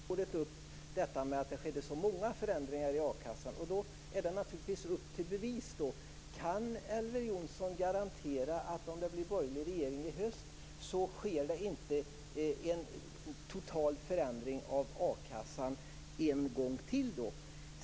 Fru talman! Jag har bara ett par korta frågor till Elver Jonsson. Han tog upp detta med att det skedde så många förändringar i a-kassan. Då vill jag säga: Upp till bevis! Kan Elver Jonsson garantera att det inte sker en total förändring av a-kassan om det blir en borgerlig regering i höst?